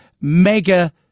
mega